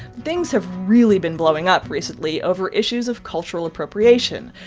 things have really been blowing up recently over issues of cultural appropriation,